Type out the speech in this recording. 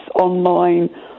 online